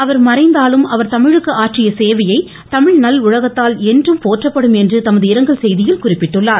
அவரது மறைந்தாலும் அவர் தமிழுக்கு ஆற்றிய சேவையை தமிழ் நல் உலகத்தால் என்றும் போற்றப்படும் என்று தமது இரங்கல் செய்தியில் குறிப்பிட்டுள்ளார்